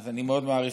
אני מאוד מעריך.